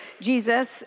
Jesus